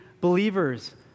believers